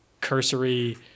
cursory